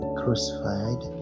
crucified